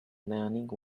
learning